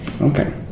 Okay